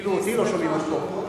אפילו אותי לא שומעים עד פה.